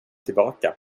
tillbaka